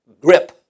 grip